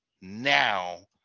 now